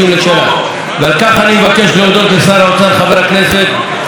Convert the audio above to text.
ועל כך אני מבקש להודות לשר האוצר חבר הכנסת משה כחלון,